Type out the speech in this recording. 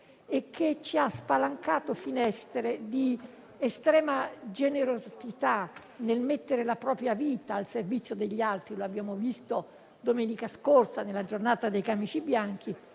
che ci hanno spalancato finestre di estrema generosità nel mettere la propria vita al servizio degli altri - l'abbiamo visto domenica scorsa, nella giornata dei camici bianchi